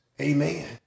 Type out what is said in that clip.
amen